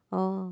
oh